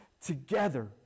together